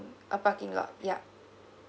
a parking lot yup